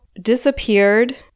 disappeared